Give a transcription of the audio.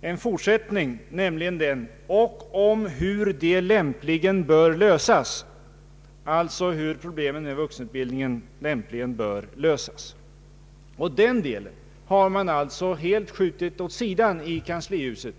en fortsättning, nämligen: och om hur de lämpligen bör lösas — alltså hur problemen med vuxenutbildningen lämpligen bör lösas. Den delen har man helt skjutit åt sidan i kanslihuset.